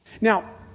now